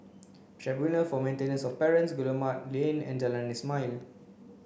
Tribunal for Maintenance of Parents Guillemard Lane and Jalan Ismail